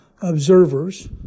observers